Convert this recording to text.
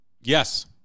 Yes